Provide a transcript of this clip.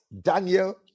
Daniel